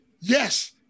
yes